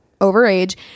overage